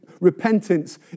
repentance